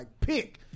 pick